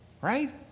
right